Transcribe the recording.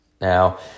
Now